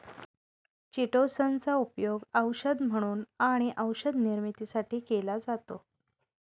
chitosan चा उपयोग औषध म्हणून आणि औषध निर्मितीसाठी केला जातो